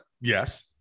Yes